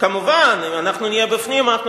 אם אנחנו נהיה בפנים אז אנחנו